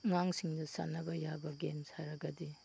ꯑꯉꯥꯡꯁꯤꯡꯅ ꯁꯥꯟꯅꯕ ꯌꯥꯕ ꯒꯦꯝꯁ ꯍꯥꯏꯔꯒꯗꯤ